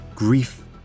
grief